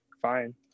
fine